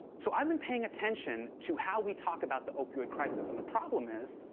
so i've been paying attention to how we talk about the opioid crisis, and the problem is.